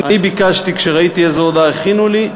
אני ביקשתי, כשראיתי איזו הודעה הכינו לי,